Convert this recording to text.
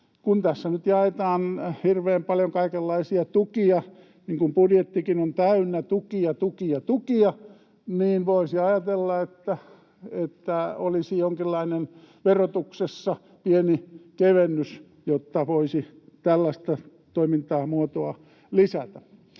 Kun tässä nyt jaetaan hirveän paljon kaikenlaisia tukia — niin kuin budjettikin on täynnä tukia, tukia, tukia — niin voisi ajatella, että olisi verotuksessa jonkinlainen pieni kevennys, jotta voisi tällaista toimintamuotoa lisätä.